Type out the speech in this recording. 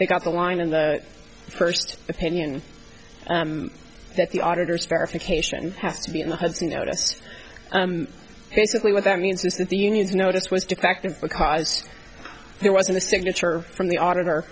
they got the line in the first opinion that the auditors verification has to be in the hudson notice basically what that means is that the union's notice was to practice because there wasn't a signature from the auditor